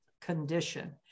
condition